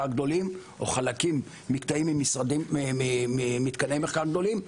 גדולים או מקטעים ממתקני מחקר גדולים,